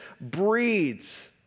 breeds